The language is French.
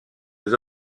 les